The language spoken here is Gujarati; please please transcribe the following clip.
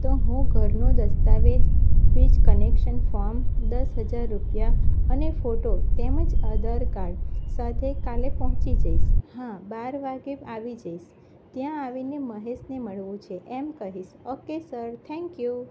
તો હું ઘરનો દસ્તાવેજ વીજ કનેક્શન ફોમ દસ હજાર રૂપિયા અને ફોટો તેમજ આધાર કાર્ડ સાથે કાલે પહોંચી જઈશ હા બાર વાગ્યે આવી જઈશ ત્યાં આવીને મહેશને મળવું છે એમ કહીશ ઓકે સર થેન્ક યુ